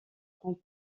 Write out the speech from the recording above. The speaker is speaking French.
prend